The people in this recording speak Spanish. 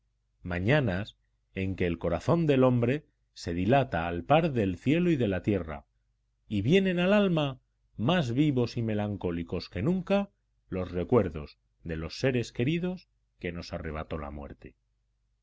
mañanas en que el corazón del hombre se dilata al par del cielo y de la tierra y vienen al alma más vivos y melancólicos que nunca los recuerdos de los seres queridos que nos arrebató la muerte